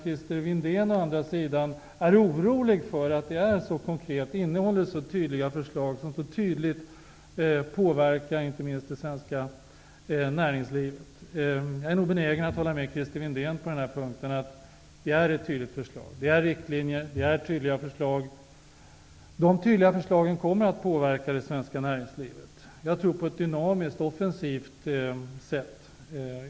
Christer Windén däremot var orolig för att förslagen är så konkreta och så tydligt påverkar inte minst det svenska näringslivet. Jag är nog benägen att på denna punkt hålla med Christer Windén. Förslagen är tydliga, och de kommer att påverka det svenska näringslivet på ett dynamiskt och offensivt sätt.